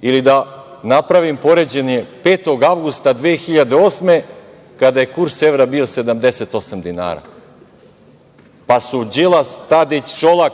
Ili da napravim poređenje, 5. avgusta 2008. godine, kada je kurs evra bio 78 dinara, pa su Đilas, Tadić, Šolak